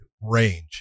range